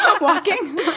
Walking